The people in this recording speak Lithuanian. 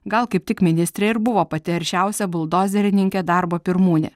gal kaip tik ministrė ir buvo pati aršiausia buldozerininkė darbo pirmūnė